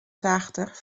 tachtich